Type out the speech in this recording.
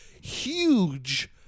huge